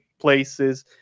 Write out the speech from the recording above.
places